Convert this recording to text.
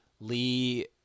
lee